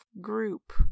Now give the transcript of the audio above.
group